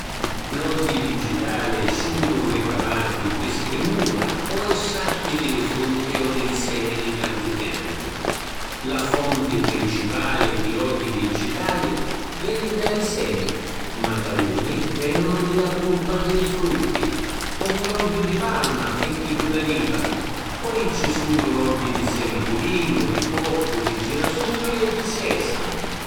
L’ogghi vigitali sunnu ricavati pi sprimuta o estratti di li frutti o di li semi di tanti pianti. La fonti principali di ogghi vigitali veni da li semi, ma taluni venunu di la purpa di li frutti comu l’ogghiu di palma e chiddu d’aliva. Poi ci sunnu l’ogghi di semi di linu, di coccu, di girasuli e di sesamu.